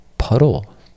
Puddle